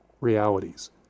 realities